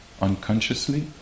unconsciously